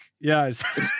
yes